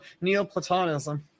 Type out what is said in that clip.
Neoplatonism